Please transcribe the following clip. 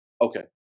Okay